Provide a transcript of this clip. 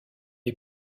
est